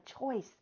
choice